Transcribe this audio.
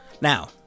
now